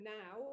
now